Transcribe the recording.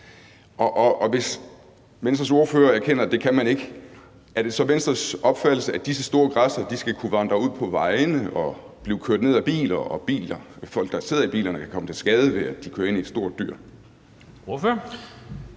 Og hvis Venstres ordfører erkender, at det kan man ikke, er det så Venstres opfattelse, at disse store græssere skal kunne vandre ud på vejene og blive kørt ned af biler, hvorved folk, der sidder i bilerne, kan komme til skade, ved at de kører ind i et stort dyr?